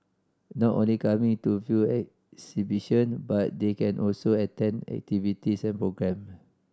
not only coming to view exhibition but they can also attend activities and program